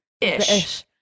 ish